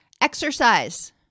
exercise